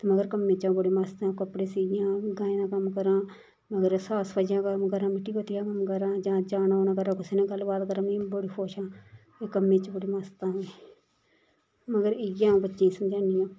ते मगर कम्मै बिच्च अ'ऊं बड़ी मस्त आं कपड़े सियां गायें दा कम्म करां मगर साफ सफाई दा कम्म करां मिट्टी माट्टी दा कम्म करां जां जाना आना करना कुसै न गल्ल बात करां में बड़ी खुश आं में कम्मै च बड़ी मस्त आं मगर इ'यै अ'ऊं बच्चें गी समझानी आं